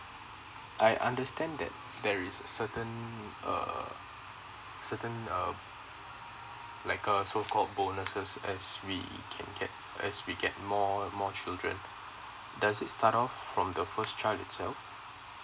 I understand that there is certain uh certain uh like a so called bonuses as we can get as we get more more children does it start off from the first child itself